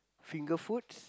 finger foods